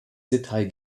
detail